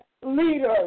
leaders